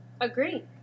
Agree